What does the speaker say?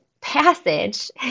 passage